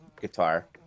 guitar